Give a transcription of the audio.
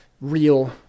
real